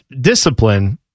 discipline